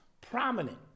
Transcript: Prominent